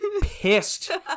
Pissed